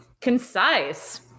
Concise